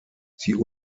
sie